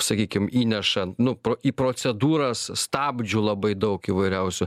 sakykim įneša ant nu pro į procedūras stabdžių labai daug įvairiausių